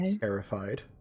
terrified